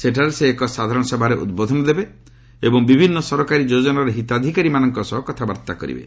ସେଠାରେ ସେ ଏକ ସାଧାରଣ ସଭାରେ ଉଦ୍ବୋଧନ ଦେବେ ଏବଂ ବିଭିନ୍ନ ସରକାରୀ ଯୋଜନାର ହିତାଧିକାରୀମାନଙ୍କ ସହ କଥାବାର୍ତ୍ତା କରିବେ